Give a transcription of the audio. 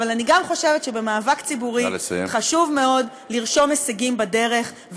אבל אני גם חושבת שבמאבק ציבורי חשוב מאוד לרשום הישגים בדרך,